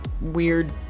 weird